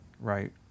right